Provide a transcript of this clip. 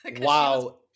Wow